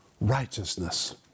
righteousness